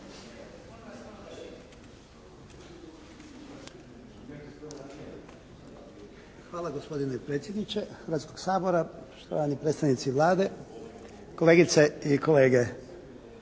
Hvala gospodine predsjedniče Hrvatskog sabora, štovani predstavnici Vlade, kolegice i kolege.